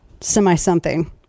semi-something